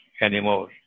anymore